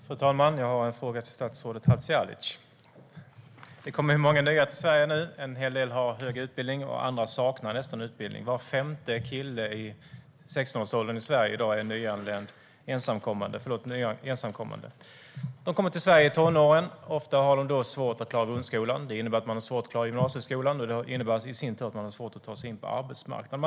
Fru talman! Jag har en fråga till statsrådet Hadzialic. Det kommer många nya till Sverige nu. En hel del har hög utbildning. Andra saknar nästan utbildning. Var femte kille i 16-årsåldern i Sverige i dag är ensamkommande. De kommer till Sverige i tonåren. Ofta har de svårt att klara grundskolan. Det innebär att de har svårt att klara gymnasieskolan. Det innebär i sin tur att de har svårt att ta sig in på arbetsmarknaden.